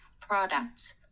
products